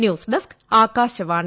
news desk Akashvani